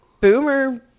boomer